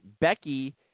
Becky